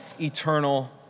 eternal